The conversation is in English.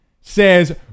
says